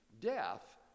death